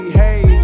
hey